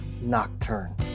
Nocturne